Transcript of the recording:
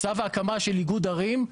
צו ההקמה של איגוד ערים,